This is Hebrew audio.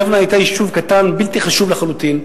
יבנה היתה יישוב קטן, בלתי חשוב לחלוטין.